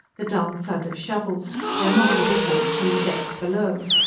the dull thud of shovels, their muffled echoes from the depths below.